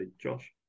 Josh